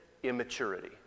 immaturity